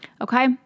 Okay